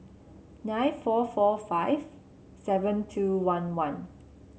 nine four four five seven two one one